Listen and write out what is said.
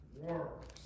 works